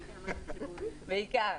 בעיקר.